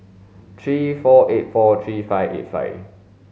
three four eight four three five eight five